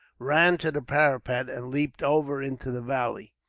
ran to the parapet and leaped over into the valley,